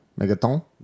Megaton